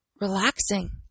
Relaxing